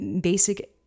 basic